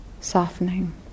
softening